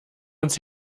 uns